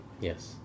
Yes